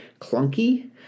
clunky